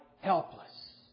helpless